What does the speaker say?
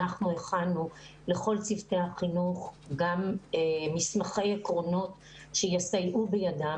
אנחנו הכנו לכל צוותי החינוך מסמכי עקרונות שיסייעו בידם